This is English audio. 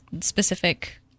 specific